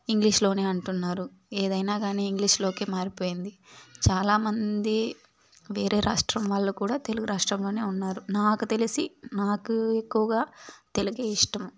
ఇంగ్లీష్లోనే అంటున్నారు ఎదైనా కానీ ఇంగ్లీష్లోకే మారిపోయింది చాలామంది వేరే రాష్ట్రం వాళ్ళు కూడా తెలుగురాష్ట్రంలోనే ఉన్నారు నాకు తెలిసి నాకు ఎక్కువగా తెలుగే ఇష్టం